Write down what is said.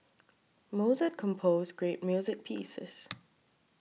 Mozart composed great music pieces